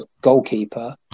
goalkeeper